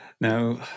Now